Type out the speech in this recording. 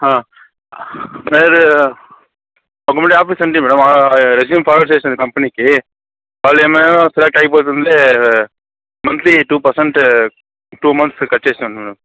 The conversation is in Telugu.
లేదు ఒక ఆఫీస్ ఉంది మ్యాడం రెస్యూమ్ ఫార్వర్డ్ చేశాను కంపెనీకి వాళ్ళు ఏమన్నారు సెలెక్ట్ అయిపోతుంది monthly two percent two months cut చేస్తాను మ్యాడం